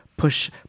push